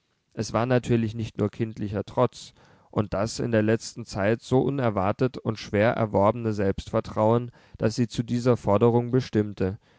es war natürlich nicht nur kindlicher trotz und das in der letzten zeit so unerwartet und schwer erworbene selbstvertrauen das sie zu dieser forderung bestimmte